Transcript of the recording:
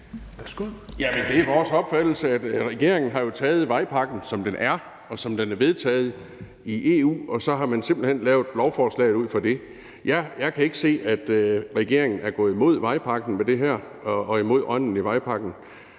det er vores opfattelse, at regeringen jo har taget vejpakken, som den er, og som den er vedtaget i EU, og så har man simpelt hen lavet lovforslaget ud fra det. Jeg kan ikke se, at regeringen med det her er gået imod vejpakken eller imod ånden i vejpakken.